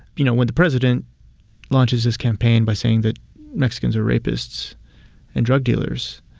you know, when the president launches his campaign by saying that mexicans are rapists and drug dealers,